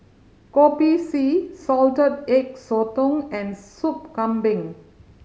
Kopi C Salted Egg Sotong and Sop Kambing